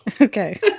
Okay